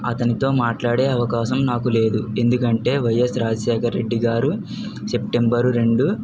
అతనితో మాట్లాడే అవకాశం నాకు లేదు ఎందుకంటే వైయస్ రాజశేఖర్ రెడ్డి గారు సెప్టెంబర్ రెండు